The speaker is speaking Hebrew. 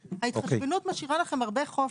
ההתחשבנות משאירה לכם הרבה חופש.